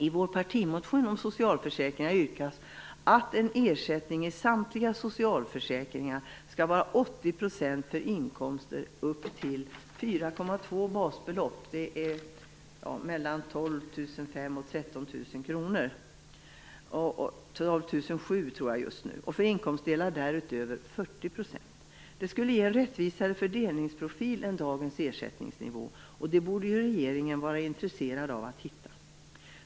I vår partimotion om socialförsäkringarna yrkas att ersättningen i samtliga socialförsäkringar skall vara 80 % för inkomster upp till 4,2 basbelopp - mellan 12 700 och 13 000 kr - och för inkomstdelar därutöver 40 %. Det skulle ge en rättvisare fördelningsprofil än dagens, och det borde regeringen vara intresserad av att hitta.